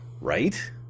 Right